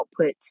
outputs